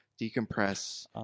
decompress